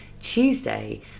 Tuesday